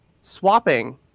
swapping